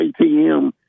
ATM